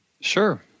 Sure